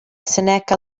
seneca